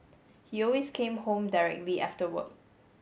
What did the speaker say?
he always came home directly after work